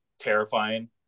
terrifying